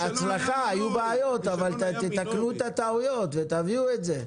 היו בעיות אבל תתקנו את הטעויות ותביאו את זה.